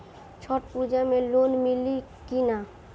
छठ पूजा मे लोन मिली की ना?